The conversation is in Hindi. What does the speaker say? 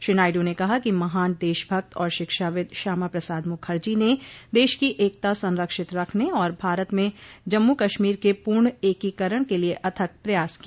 श्री नायड् ने कहा कि महान देश भक्त और शिक्षाविद श्यामा प्रसाद मुखर्जी ने देश की एकता संरक्षित रखने और भारत में जम्मू कश्मीर के पूर्ण एकीकरण के लिए अथक प्रयास किया